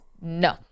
No